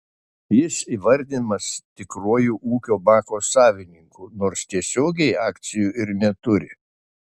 jis įvardinamas tikruoju ūkio banko savininku nors tiesiogiai akcijų ir neturi